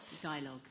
dialogue